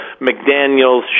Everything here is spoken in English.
McDaniels